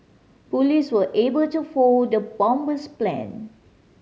police were able to foil the bomber's plan